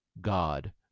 God